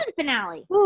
finale